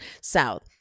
south